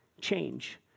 change